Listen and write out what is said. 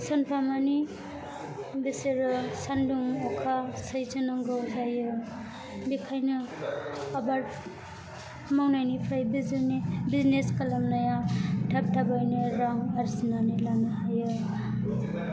सानफा मानि बिसोरो सानदुं अखा सैज्य' नांगौ जायो बेनिखायनो आबाद मावनायनिफ्राय बिजिनेस खालामनाया थाब थाबैनो रां आर्जिनानै लानो हायो